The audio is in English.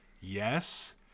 Yes